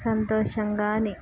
సంతోషంగానే